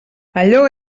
allò